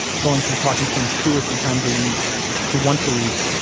going from talking to him two or three times a week to once a week,